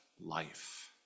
life